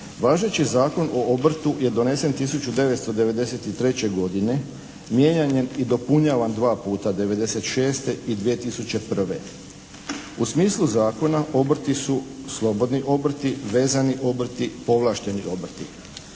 Važeći Zakon o obrtu je donesen 1993. godine, mijenjan je i dopunjavan dva puta '96. i 2001. U smislu zakona obrti su, slobodni obrti vezani obrti, povlašteni obrti.